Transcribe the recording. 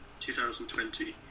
2020